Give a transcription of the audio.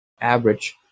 average